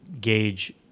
gauge